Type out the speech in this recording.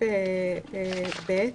סעיף (ב).